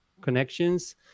connections